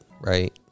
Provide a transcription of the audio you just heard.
right